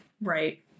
Right